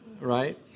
Right